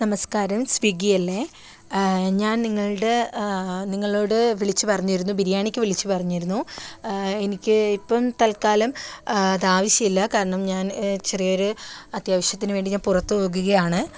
നമസ്കാരം സ്വിഗ്ഗി അല്ലേ ഞാൻ നിങ്ങളുടെ നിങ്ങളോട് വിളിച്ചു പറഞ്ഞിരുന്നു ബിരിയാണിക്ക് വിളിച്ച് പറഞ്ഞിരുന്നു എനിക്ക് ഇപ്പം തൽക്കാലം അത് ആവശ്യമില്ല കാരണം ഞാൻ ചെറിയൊരു അത്യാവശ്യത്തിനുവേണ്ടി ഞാൻ പുറത്തു പോകുകയാണ്